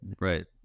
Right